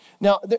Now